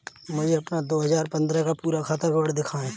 मुझे अपना दो हजार पन्द्रह का पूरा खाता विवरण दिखाएँ?